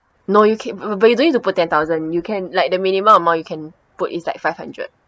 no you can~ but but you don't need to put ten thousand you can like the minimum amount you can put is like five hundred